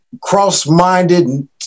cross-minded